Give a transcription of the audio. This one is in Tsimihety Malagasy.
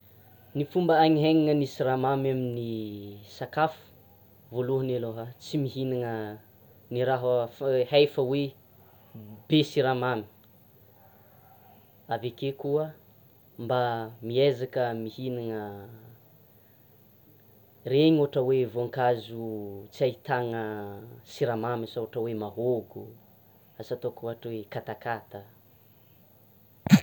Ny fomba hanihenana ny siramamy amin'ny sakafo, voalohany aloha tsy mihinana ny raha hay fa hoe: be siramamy, avakeo koa mba miezaka mihinana reny ohatra hoe voankazo tsy ahitana siramamy, asa ohatra ataoko hoe: mahôgo, asa ataoko ohatra hoe: katakata.